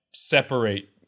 separate